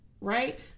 right